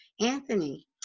Anthony